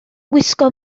wisgo